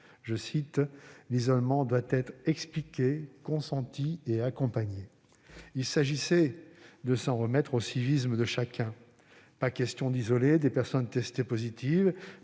:« L'isolement doit être expliqué, consenti et accompagné. » Il s'agissait de s'en remettre au civisme de chacun : pas question d'isoler des personnes testées positives,